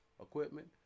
equipment